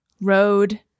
road